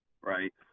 right